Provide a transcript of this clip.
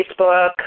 Facebook